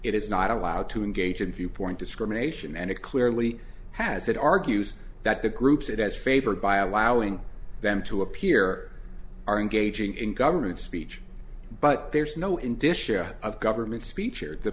it is not allowed to engage in viewpoint discrimination and it clearly has it argues that the groups it has favored by allowing them to appear are engaging in government speech but there's no indicia of government speech or the